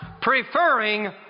preferring